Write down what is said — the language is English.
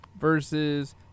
Versus